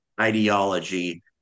ideology